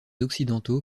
occidentaux